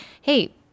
hey